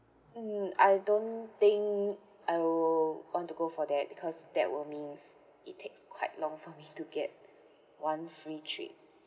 mm I don't think I will want to go for that because that would means it takes quite long for me to get one free trip